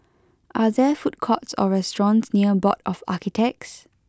are there food courts or restaurants near Board of Architects